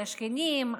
על השכנים,